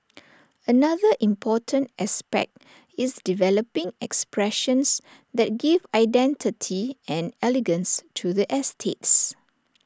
another important aspect is developing expressions that give identity and elegance to the estates